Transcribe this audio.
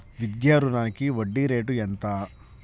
విద్యా రుణానికి వడ్డీ రేటు ఎంత?